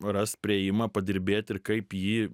rast priėjimą padirbėti ir kaip jį